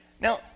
Now